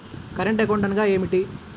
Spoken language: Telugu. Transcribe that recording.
కరెంట్ అకౌంట్ అనగా ఏమిటి?